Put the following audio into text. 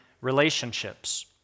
relationships